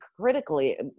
critically